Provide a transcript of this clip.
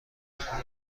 خوب